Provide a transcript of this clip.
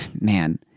man